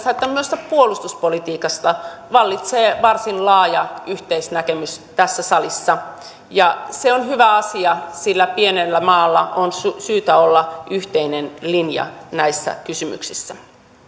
että myös puolustuspolitiikasta vallitsee varsin laaja yhteisnäkemys tässä salissa ja se on hyvä asia sillä pienellä maalla on syytä olla yhteinen linja näissä kysymyksissä